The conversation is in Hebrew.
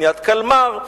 קניית קלמר,